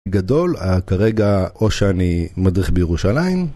גדול כרגע או שאני מדריך בירושלים.